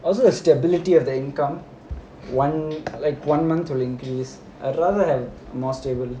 also the stability of the income one like one month to increase I rather have more stable